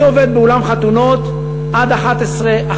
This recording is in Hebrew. אני עובד באולם החתונות עד 23:00,